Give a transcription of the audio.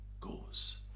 goes